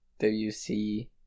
WC